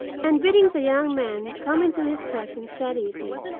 and bidding the young man come into his presence that evening,